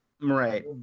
Right